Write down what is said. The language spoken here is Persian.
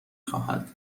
خواهد